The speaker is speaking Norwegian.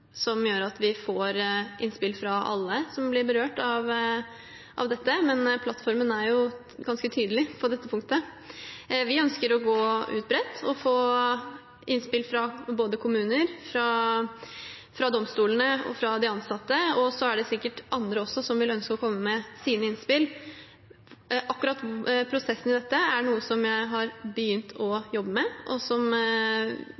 som gjør at vi får innspill fra alle som blir berørt av dette. Men plattformen er ganske tydelig på dette punktet – vi ønsker å gå ut bredt og få innspill fra både kommuner, domstolene og de ansatte. Så er det sikkert også andre som vil ønske å komme med sine innspill. Prosessen i dette er noe som jeg har begynt å